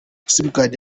simukadi